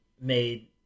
made